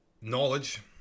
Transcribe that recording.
knowledge